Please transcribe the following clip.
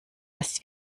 was